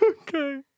Okay